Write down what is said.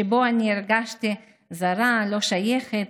שבו אני הרגשתי זרה, לא שייכת,